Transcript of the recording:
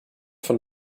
von